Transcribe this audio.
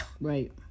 Right